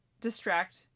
distract